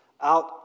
out